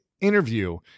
interview